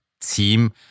team